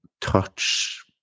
touch